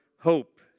hope